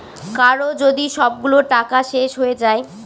কারো যদি সবগুলো টাকা শেষ হয়ে যায়